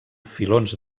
filons